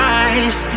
eyes